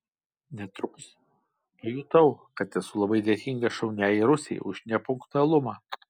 netrukus pajutau kad esu labai dėkingas šauniajai rusei už nepunktualumą